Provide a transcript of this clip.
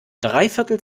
dreiviertel